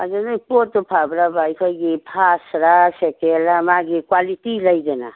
ꯑꯗꯣ ꯅꯣꯏ ꯄꯣꯠꯇꯣ ꯐꯕ꯭ꯔꯕ ꯑꯩꯈꯣꯏꯒꯤ ꯐꯥꯁꯂ ꯁꯦꯀꯦꯟꯂ ꯃꯥꯒꯤ ꯀ꯭ꯋꯥꯂꯤꯇꯤ ꯂꯩꯗꯅ